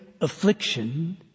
affliction